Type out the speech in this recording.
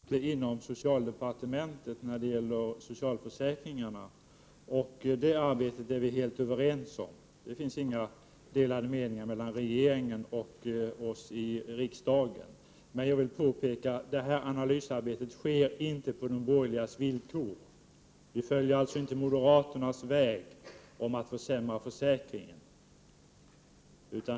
Herr talman! Jag kan finna att de borgerliga partierna angriper socialförsäkringen utifrån helt skilda utgångspunkter. Där kan man verkligen tala om oenighet. Det har vi också märkt tidigare under årens lopp. Socialministern har redovisat att det sker en översyn och ett analysarbete inom socialdepartementet när det gäller socialförsäkringarna. Det arbetet är vi helt överens om. Det finns inga delade meningar mellan regeringen och oss i riksdagen. Jag vill dock påpeka att detta analysarbete inte sker på de borgerligas villkor. Vi följer alltså inte moderaternas väg, att försämra försäkringen.